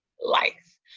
life